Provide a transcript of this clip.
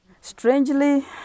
Strangely